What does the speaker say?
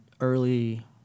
early